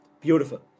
Beautiful